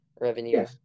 revenue